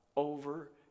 over